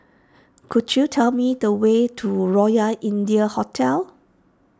could you tell me the way to Royal India Hotel